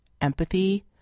empathy